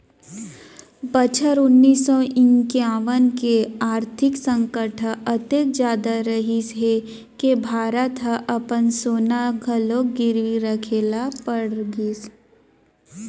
बछर उन्नीस सौ इंकावन के आरथिक संकट ह अतेक जादा रहिस हे के भारत ह अपन सोना घलोक गिरवी राखे ल पड़ गिस